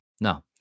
no